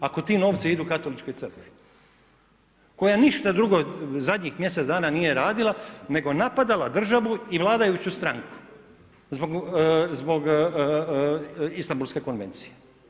Ako ti novci idu katoličkoj crkvi koja ništa drugo zadnjih mjesec dana nije radila, nego napadala državu i vladajuću stranku zbog Istanbulske konvencije.